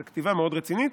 זו כתיבה מאוד רצינית.